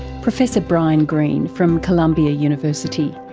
professor brian greene from columbia university.